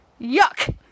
Yuck